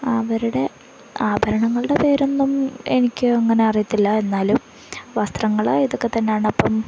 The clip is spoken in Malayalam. അവരുടെ ആഭരണങ്ങളുടെ പേരൊന്നും എനിക്ക് അങ്ങനെ അറിയില്ല എന്നാലും വസ്ത്രങ്ങള് ഇതൊക്കെ തന്നെയാണ് അപ്പം